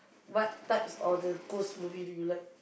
what types of the ghost movie do you like